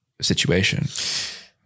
situation